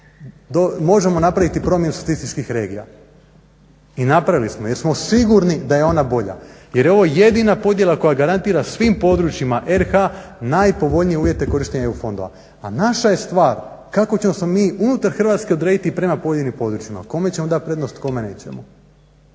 možemo napraviti promjenu statističkih regija i napravili smo jer smo sigurni da je ona bolja jer je ovo jedina podjela koja garantira svim područjima RH najpovoljnije korištenje EU fondova. A naša je stvar kako ćemo se mi unutar Hrvatske odrediti prema pojedinim područjima kome ćemo dati prednost kome nećemo.